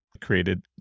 created